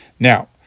Now